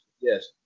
yes